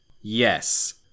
Yes